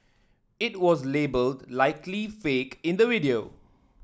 it was labelled Likely Fake in the video